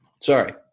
sorry